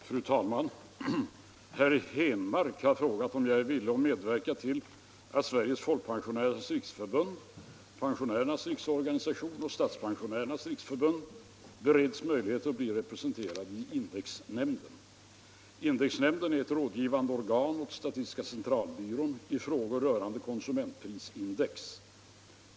Fru talman! Herr Henmark har frågat mig om jag är villig att medverka till att Sveriges folkpensionärers riksförbund, Pensionärernas riksorganisation och Statspensionärernas riksförbund bereds möjlighet att bli representerade i indexnämnden. Indexnämnden är ett rådgivande organ åt statistiska centralbyrån i frågor rörande konsumentprisindex.